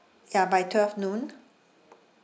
ya by twelve noon